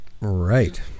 right